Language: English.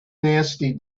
nasty